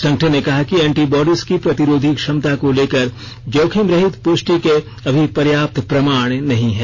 संगठन ने कहा कि एंटीबॉडिज की प्रतिरोधी क्षमता को लेकर जोखिम रहित पुष्टि के अभी पर्याप्त प्रमाण नहीं है